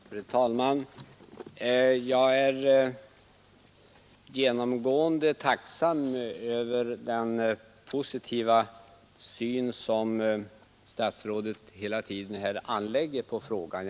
Fru talman! Jag är genomgående tacksam för den positiva syn som statsrådet hela tiden anlägger på frågan.